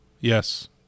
yes